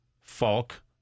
Falk